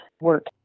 work